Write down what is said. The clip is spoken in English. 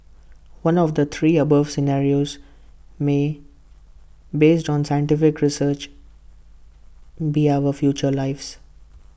one of the three above scenarios may based on scientific research be our future lives